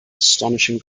astonishing